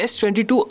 S22